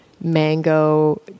mango